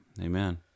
Amen